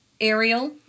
Ariel